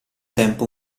tempo